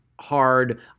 hard